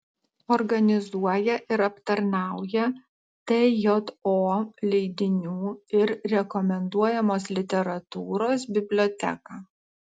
organizuoja ir aptarnauja tjo leidinių ir rekomenduojamos literatūros biblioteką